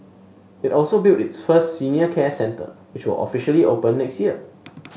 it also built its first senior care centre which were officially open next year